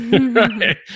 Right